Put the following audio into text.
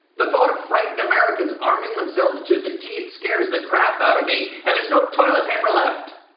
the thought of frightened americans arming themselves to the teeth scares the crap out of me, and there's no toilet paper left!